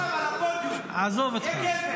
עכשיו, עכשיו על הפודיום, תהיה גבר.